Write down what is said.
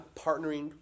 partnering